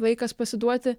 laikas pasiduoti